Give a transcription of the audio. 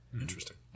interesting